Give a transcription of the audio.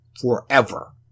forever